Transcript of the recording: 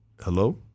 hello